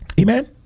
Amen